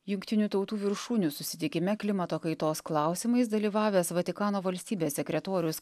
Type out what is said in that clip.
jungtinių tautų viršūnių susitikime klimato kaitos klausimais dalyvavęs vatikano valstybės sekretorius